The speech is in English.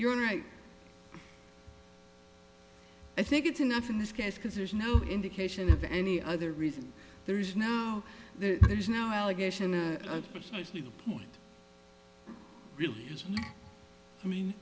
you're right i think it's enough in this case because there's no indication of any other reason there's no there's no allegation a precisely the point really is i mean